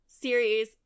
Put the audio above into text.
series